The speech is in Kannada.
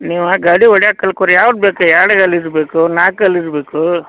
ನೀವಾ ಗಾಡಿ ಹೊಡ್ಯಾಕ್ ಕಲ್ಕೋರಿ ಯಾವ್ದು ಬೇಕು ರೀ ಎರಡು ಗಾಲಿದು ಬೇಕೋ ನಾಲ್ಕು ಗಾಲಿದು ಬೇಕೋ